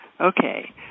okay